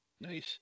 nice